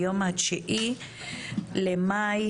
ה-9 במאי